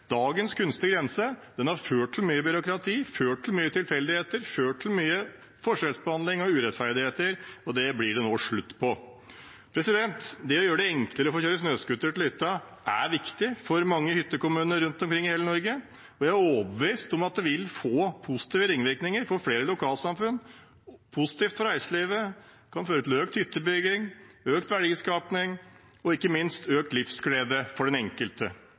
mye byråkrati, ført til mange tilfeldigheter, ført til mye forskjellsbehandling og urettferdighet, og det blir det nå slutt på. Det å gjøre det enklere å få kjøre snøscooter til hytta er viktig for mange hyttekommuner rundt omkring i hele Norge. Jeg er overbevist om at det vil få positive ringvirkninger for flere lokalsamfunn, vil bli positivt for reiselivet og kan føre til økt hyttebygging, økt verdiskaping og ikke minst økt livsglede for den enkelte.